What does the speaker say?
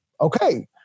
okay